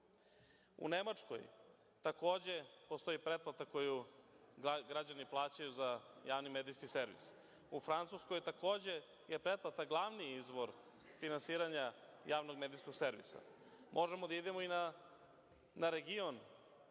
U Nemačkoj takođe postoji pretplata koju građani plaćaju za javni medijski servis. U Francuskoj takođe je pretplata glavni izvor finansiranja javnog medijskog servisa. Možemo da idemo i na region